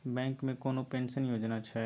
Bank मे कोनो pension योजना छै?